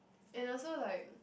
and also like